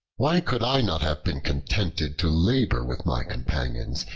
why could i not have been contented to labor with my companions,